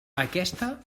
aquesta